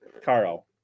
Carl